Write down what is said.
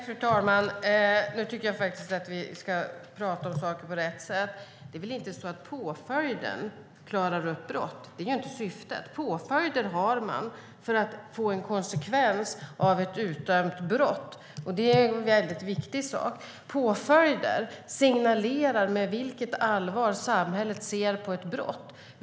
Fru talman! Jag tycker faktiskt att vi ska prata om saker på rätt sätt. Det är inte så att påföljden klarar upp brott. Det är inte syftet. Påföljden har man för att få en konsekvens av ett brott. Det är väldigt viktigt. Påföljden signalerar med vilket allvar samhället ser på ett brott.